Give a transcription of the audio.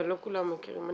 אבל לא כולם מכירים.